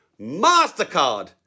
MasterCard